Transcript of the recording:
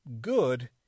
good